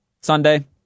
Sunday